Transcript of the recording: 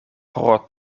pro